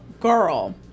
girl